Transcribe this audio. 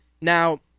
Now